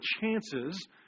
chances